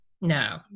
No